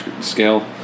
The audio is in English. scale